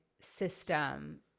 system